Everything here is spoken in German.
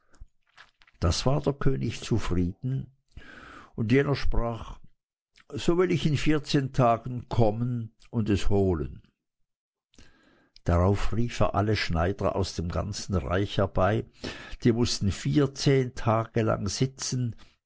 das war der könig zufrieden und jener sprach weiter so will ich in vierzehn tagen kommen und es holen darauf rief er alle schneider aus dem ganzen reich herbei die mußten vierzehn tage lang sitzen